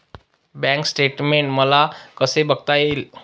Bank statement मला कसे बघता येईल?